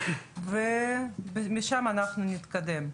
ומשם אנחנו נתקדם.